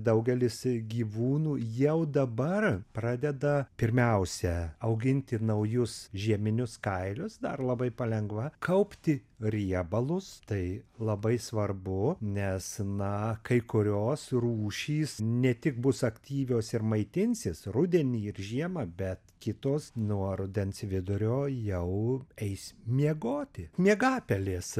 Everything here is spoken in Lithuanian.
daugelis gyvūnų jau dabar pradeda pirmiausia auginti naujus žieminius kailius dar labai palengva kaupti riebalus tai labai svarbu nes na kai kurios rūšys ne tik bus aktyvios ir maitinsis rudenį ir žiemą bet kitos nuo rudens vidurio jau eis miegoti miegapelės